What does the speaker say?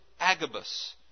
Agabus